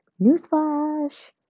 newsflash